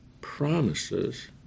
promises